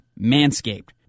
Manscaped